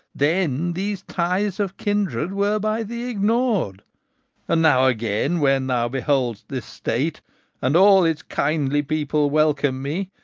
then these ties of kindred were by thee ignored and now again when thou behold'st this state and all its kindly people welcome me,